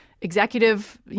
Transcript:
executive